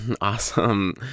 Awesome